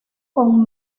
con